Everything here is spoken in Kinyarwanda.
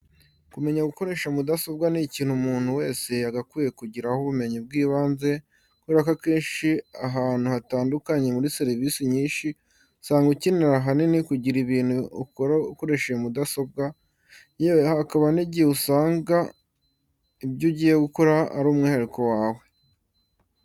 Kumenya gukoresha mudasobwa ni ikintu umuntu wese yagakwiye kugiraho ubumenyi bw'ibanze, kubera ko akenshi ahantu hatandukanye muri serivise nyinshi, usanga ukenera ahanini kugira ibintu ukora ukoresheje mudasobwa, yewe hakaba n'igihe usanga ibyo ugiye gukora ari umwihariko wawe.